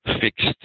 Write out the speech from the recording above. fixed